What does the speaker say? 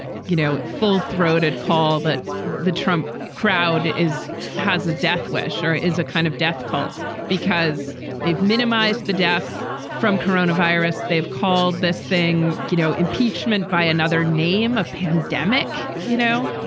you know, full throated call that the trump crowd is has a death wish or is a kind of death cult because they've minimized the deaths from coronavirus. they've called this thing, you know, impeachment by another name, a pandemic. you know,